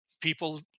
people